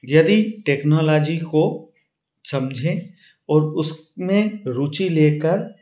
यदि टेक्नालोजी को समझें और उसमें रुचि लेकर